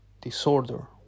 disorder